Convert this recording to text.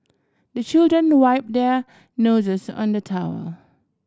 the children wipe their noses on the towel